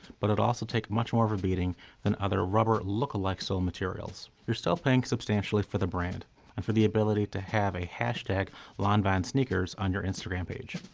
but it'll also take much more of a beating than other rubber look-alike sole materials. you're still paying substantially for the brand and for the ability to have a hashtag lanvin sneakers on your instagram page.